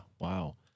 wow